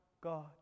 God